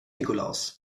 nikolaus